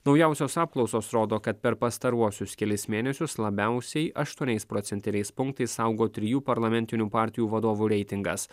naujausios apklausos rodo kad per pastaruosius kelis mėnesius labiausiai aštuoniais procentiniais punktais augo trijų parlamentinių partijų vadovų reitingas